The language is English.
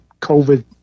COVID